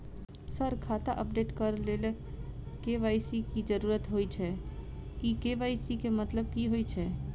Sir खाता update करऽ लेल के.वाई.सी की जरुरत होइ छैय इ के.वाई.सी केँ मतलब की होइ छैय?